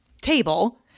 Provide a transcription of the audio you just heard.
table